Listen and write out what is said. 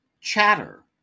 Chatter